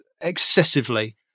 excessively